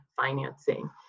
financing